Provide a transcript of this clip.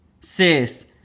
sis